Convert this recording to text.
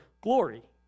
glory